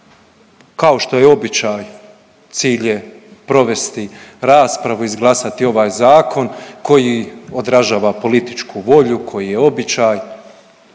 kao što je običaj, cilj je provesti raspravu, izglasati ovaj zakon koji odražava političku volju, koji je običaj,